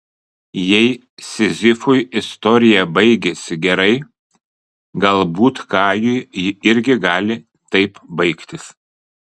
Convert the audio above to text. jei sizifui istorija baigėsi gerai galbūt kajui ji irgi gali taip baigtis